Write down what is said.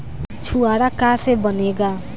छुआरा का से बनेगा?